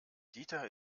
dieter